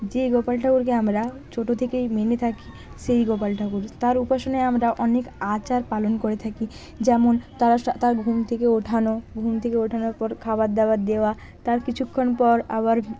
যে গোপাল ঠাকুরকে আমরা ছোটো থেকেই মেনে থাকি সেই গোপাল ঠাকুর তার উপাসনায় আমরা অনেক আচার পালন করে থাকি যেমন তার তার ঘুম থেকে ওঠানো ঘুম থেকে ওঠানোর পর খাবার দাবার দেওয়া তার কিছুক্ষণ পর আবার